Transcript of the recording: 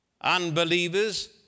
unbelievers